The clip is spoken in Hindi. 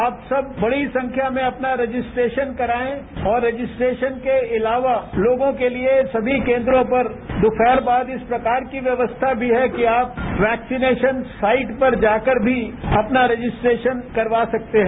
आप सब बड़ी संख्या में अपना रजिस्ट्रेशन कराएं और रजिस्ट्रेशन के अलावा लोगों के लिए सभी केन्द्रों पर दोपहर बाद इस प्रकार की व्यवस्था भी है कि आप वैक्सीनेशन साइट पर जाकर भी अपना रजिस्ट्रेशन करवा सकते हैं